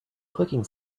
clicking